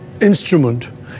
instrument